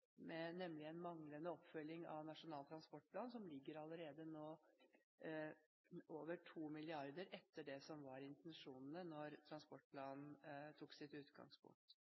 nemlig med en manglende oppfølging av Nasjonal transportplan, hvor man allerede nå ligger over 2 mrd. kr etter det som var intensjonen i utgangspunktet i transportplanen.